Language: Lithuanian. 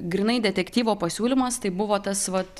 grynai detektyvo pasiūlymas tai buvo tas vat